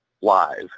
live